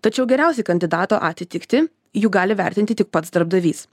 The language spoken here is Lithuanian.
tačiau geriausiai kandidato atitiktį juk gali vertinti tik pats darbdavys